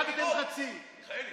הורדתם 0.5. מיכאלי,